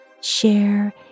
share